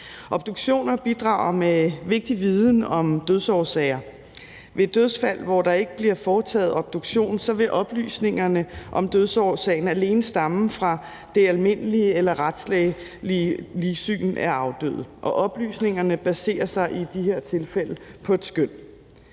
Obduktioner bidrager med vigtig viden om dødsårsager. Ved et dødsfald, hvor der ikke bliver foretaget obduktion, vil oplysningerne om dødsårsagen alene stamme fra det almindelige eller retslægelige ligsyn af afdøde, og oplysningerne baserer sig i de her tilfælde på et skøn.